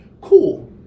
Cool